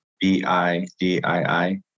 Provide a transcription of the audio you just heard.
B-I-D-I-I